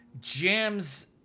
jams